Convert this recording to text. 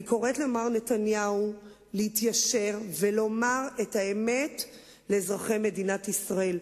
אני קוראת למר נתניהו להתיישר ולומר את האמת לאזרחי מדינת ישראל: